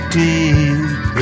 deep